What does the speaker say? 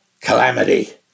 calamity